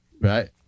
Right